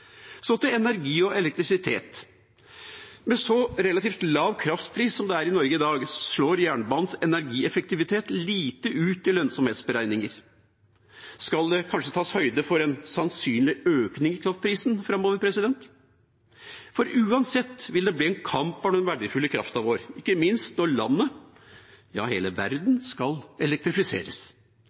Så til energi og elektrisitet: Med så relativt lav kraftpris som det er i Norge i dag, slår jernbanens energieffektivitet lite ut i lønnsomhetsberegninger. Skal det kanskje tas høyde for en sannsynlig økning i kraftprisen framover? For uansett vil det bli en kamp om den verdifulle kraften vår, ikke minst når landet, ja hele verden, skal elektrifiseres.